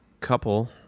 couple